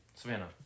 Savannah